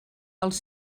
els